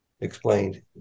explained